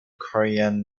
korean